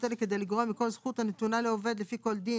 אלה כדי לגרוע מכל זכות הנתונה לעובד לפי כל דין,